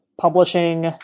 publishing